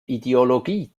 ideologie